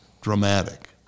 dramatic